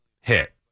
hit